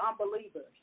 unbelievers